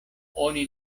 oni